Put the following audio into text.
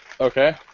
Okay